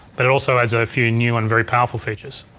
but it also adds a few and new and very powerful features.